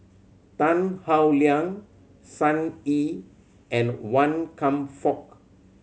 Tan Howe Liang Sun Yee and Wan Kam Fook